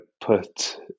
put